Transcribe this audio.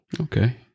Okay